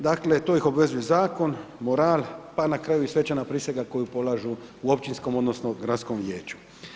Dakle, to ih obvezuje zakon, moral, pa na kraju i svečana prisega koju polažu u općinskom odnosno gradskom vijeću.